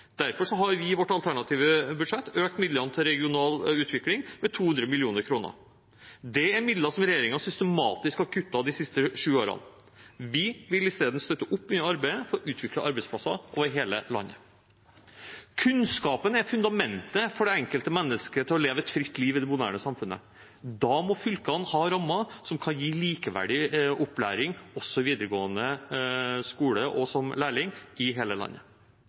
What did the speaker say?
Derfor har vi i vårt alternative budsjett økt midlene til regional utvikling med 200 mill. kr. Det er midler som regjeringen systematisk har kuttet de siste sju årene. Vi vil i stedet støtte opp under arbeidet for å utvikle arbeidsplasser over hele landet. Kunnskap er fundamentet for det enkelte mennesket til å leve et fritt liv i det moderne samfunnet. Da må fylkene ha rammer som kan gi likeverdig opplæring, også i videregående skole og som lærling, i hele landet.